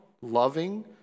loving